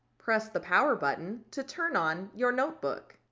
press the power button to turn on your notebook.